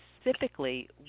specifically